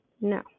No